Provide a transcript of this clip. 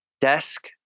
Desk